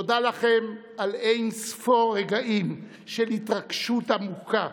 תודה לכם על אין-ספור רגעים של התרגשות עמוקה,